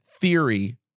Theory